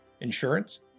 insurance